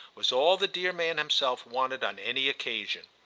was all the dear man himself wanted on any occasion.